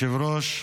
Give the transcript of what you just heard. מכובדי היושב-ראש,